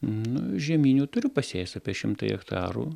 nu žieminių turiu pasėjęs apie šimtą hektarų